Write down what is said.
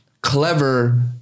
clever